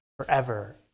forever